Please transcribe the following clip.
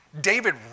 David